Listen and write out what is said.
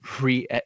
re